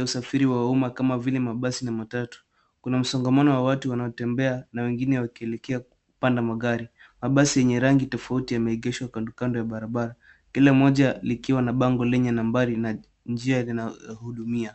wasafiri wa umma kama vile mabasi na matatu. Kuna msongamano wa watu wanaotembea na wengine wakielekea kupanda magari. Mabasi yenye rangi tofauti yameegeshwa kando ya barabara. Kila moja likiwa na bango lenye nambari na njia zinazo hudumia.